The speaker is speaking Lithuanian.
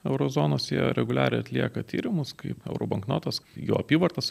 euro zonos jie reguliariai atlieka tyrimus kaip euro banknotas jo apyvartos